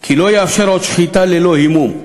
כי לא יאפשר עוד שחיטה ללא הימום.